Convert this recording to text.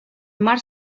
mar